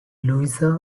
louisa